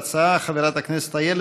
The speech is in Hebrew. התשע"ח 2018, מאת חבר הכנסת אחמד טיבי,